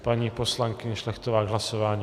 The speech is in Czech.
Paní poslankyně Šlechtová k hlasování.